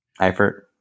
Eifert